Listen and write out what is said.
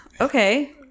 okay